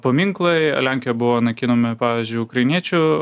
paminklai lenkijoj buvo naikinami pavyzdžiui ukrainiečių